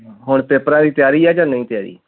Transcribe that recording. ਹੁਣ ਪੇਪਰਾਂ ਦੀ ਤਿਆਰੀ ਆ ਜਾਂ ਨਹੀਂ ਤਿਆਰੀ